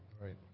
Right